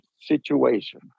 situation